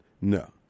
No